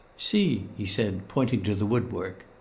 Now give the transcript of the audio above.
see! he said, pointing to the woodwork.